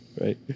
Right